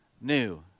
new